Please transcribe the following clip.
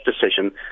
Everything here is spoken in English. decision